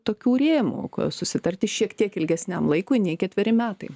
tokių rėmų susitarti šiek tiek ilgesniam laikui nei ketveri metai